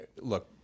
look